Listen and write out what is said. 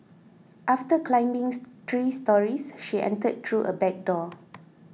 after climbing three storeys she entered through a back door